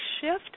shift